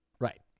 Right